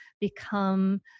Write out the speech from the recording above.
become